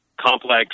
complex